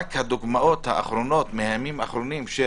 ורק הדוגמאות האחרונות מהימים האחרונים של